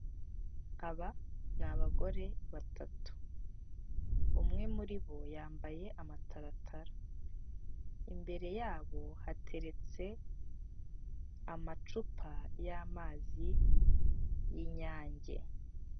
Aba ni abagore batatu umwe muri bo yambaye amataratara, imbere yabo hateretse amacupa y'amazi y'inyange.